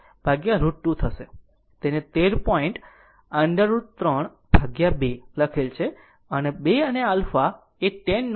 23 √ 2 થશે તેને 13 point √ 32 લખેલ છે